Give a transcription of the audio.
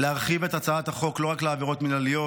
להרחיב את הצעת החוק לא רק לעבירות מינהליות,